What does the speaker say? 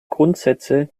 grundsätze